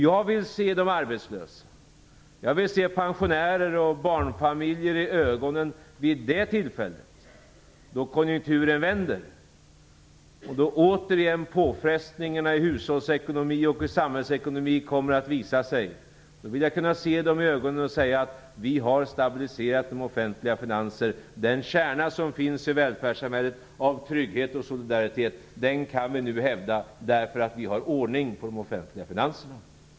Jag vill se de arbetslösa, pensionärer och barnfamiljer i ögonen vid det tillfälle, då konjunkturen vänder och påfrestningarna återigen i hushållsekonomi och samhällsekonomi kommer att visa sig, och säga att vi har stabiliserat de offentliga finanserna. Den kärna som finns i välfärdssamhället av trygghet och solidaritet kan vi nu hävda därför att vi har ordning på de offentliga finanserna.